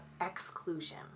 exclusion